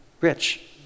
rich